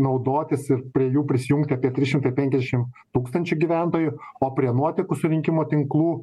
naudotis ir prie jų prisijungti apie trys šimtai penkiašim tūkstančių gyventojų o prie nuotekų surinkimo tinklų